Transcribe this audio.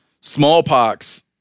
smallpox